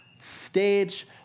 stage